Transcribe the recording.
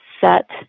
set